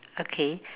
okay